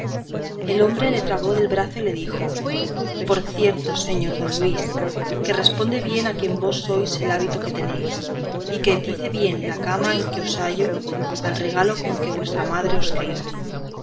el hombre le trabó del brazo y le dijo por cierto señor don luis que responde bien a quien vos sois el hábito que tenéis y que dice bien la cama en que os hallo al regalo con que vuestra madre os